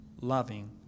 loving